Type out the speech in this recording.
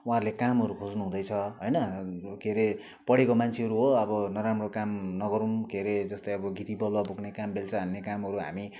उहाँहरूले कामहरू खोज्नु हुँदैछ होइन के अरे पढेको मान्छेहरू हो अब नराम्रो काम नगरौँ के अरे जस्तै अब गिटी बालुवा बोक्ने काम बेल्चा हान्ने कामहरू हामी